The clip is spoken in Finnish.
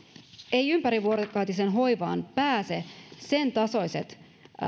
eivät ympärivuorokautiseen hoivaan pääse sen tasoiset